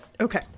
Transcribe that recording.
Okay